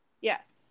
yes